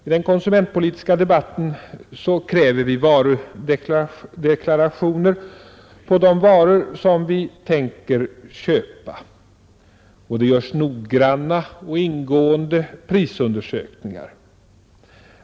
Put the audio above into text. I den konsumentpolitiska debatten kräver vi varudeklarationer på de varor som vi tänker köpa, och det görs noggranna och ingående prisundersökningar.